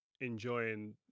enjoying